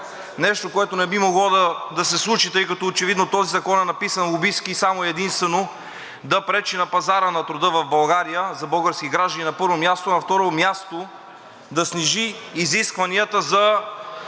нещо, което не би могло да се случи, тъй като очевидно този закон е написан лобистки, само и единствено да пречи на пазара на труда в България за български граждани, на първо място. На второ място, да снижи изискванията за